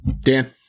Dan